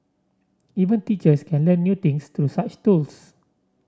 even teachers can learn new things through such tools